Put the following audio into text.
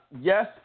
yes